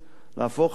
להפוך למדינה